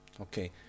Okay